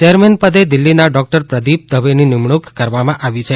ચેરમેનપદે દિલ્ફીના ડોક્ટર પ્રદીપ દવેની નિમણૂક કરવામાં આવી છે